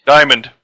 Diamond